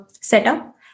setup